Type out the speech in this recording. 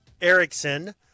Erickson